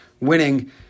winning